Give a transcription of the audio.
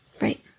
Right